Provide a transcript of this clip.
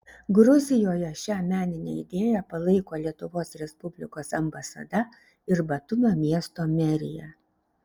gruzijoje šią meninę idėją palaiko lietuvos respublikos ambasada ir batumio miesto merija